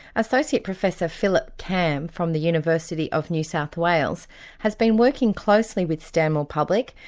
associate professor philip cam from the university of new south wales has been working closely with stanmore public,